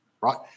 right